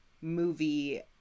movie